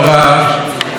תודה רבה.